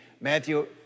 Matthew